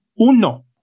Uno